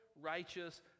righteous